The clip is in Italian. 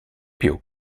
più